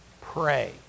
pray